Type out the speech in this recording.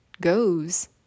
goes